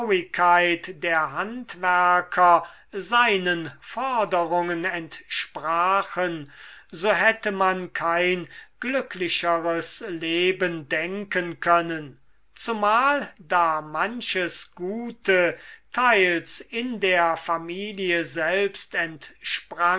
der handwerker seinen forderungen entsprachen so hätte man kein glücklicheres leben denken können zumal da manches gute teils in der familie selbst